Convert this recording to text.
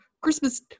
Christmas